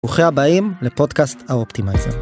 ברוכים הבאים לפודקאסט האופטימייזר.